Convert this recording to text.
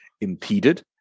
impeded